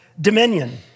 dominion